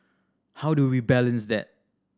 how do we balance that